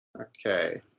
Okay